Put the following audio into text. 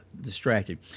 distracted